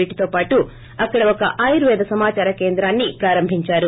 వీటితో పాటు అక్కడ ఒక ఆయుర్వేద సమాచార కేంద్రాన్ని ప్రారంభించారు